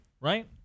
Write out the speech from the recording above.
right